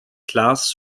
classe